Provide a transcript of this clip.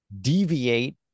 deviate